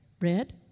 Red